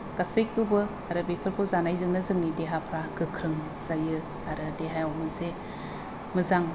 गासैखौबो आरो बेफोरखौ जानायजोंनो जोंनि देहाफ्रा गोख्रों जायो आरो देहायाव मोनसे मोजां